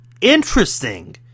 interesting